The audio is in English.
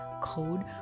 code